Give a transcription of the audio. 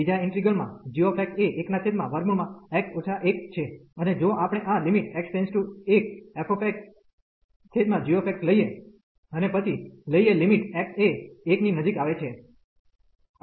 બીજા ઈન્ટિગ્રલ માં g એ 1x 1 છે અને જો આપણે આ fxgx લઈએ અને પછી લઈએ લિમિટ x એ 1 ની નજીક આવે છે